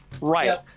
right